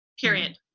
period